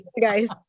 guys